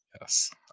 yes